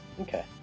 Okay